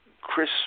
Chris